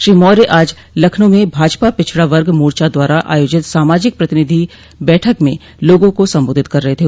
श्री मौर्य आज लखनऊ में भाजपा पिछड़ा वर्ग मोर्चा द्वारा आयोजित सामाजिक प्रतिनिधि बैठक में लोगों को संबोधित कर रहे थे